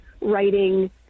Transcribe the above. writing